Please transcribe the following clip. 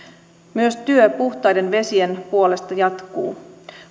myös työ puhtaiden vesien puolesta jatkuu